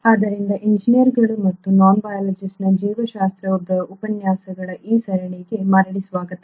ಆದ್ದರಿಂದ ಇಂಜಿನಿಯರ್ಗಳು ಮತ್ತು ನಾನ್-ಬಯೋಲಾಜಿಸ್ಟ್ನ ಜೀವಶಾಸ್ತ್ರದ ಉಪನ್ಯಾಸಗಳ ಈ ಸರಣಿಗೆ ಮರಳಿ ಸ್ವಾಗತ